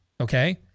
Okay